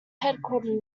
headquartered